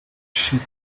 sheep